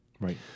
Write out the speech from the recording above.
Right